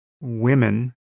women